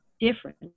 different